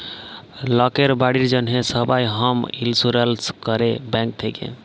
লকের বাড়ির জ্যনহে সবাই হম ইলসুরেলস ক্যরে ব্যাংক থ্যাকে